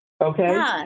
Okay